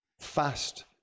Fast